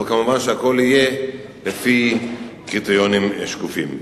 אבל מובן שהכול יהיה על-פי קריטריונים שקופים.